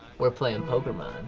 we're playing pokermon.